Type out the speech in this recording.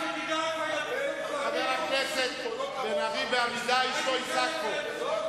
חבר הכנסת בן-ארי, בעמידה איש לא יצעק פה.